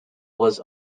was